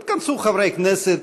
יתכנסו חברי הכנסת,